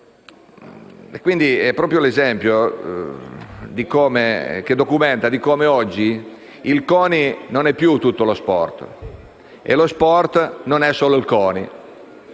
è proprio l'esempio che documenta come oggi il CONI non sia più tutto lo sport e come lo sport non sia solo il CONI.